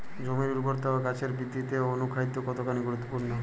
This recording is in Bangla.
জমির উর্বরতা ও গাছের বৃদ্ধিতে অনুখাদ্য কতখানি গুরুত্বপূর্ণ?